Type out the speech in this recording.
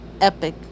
epic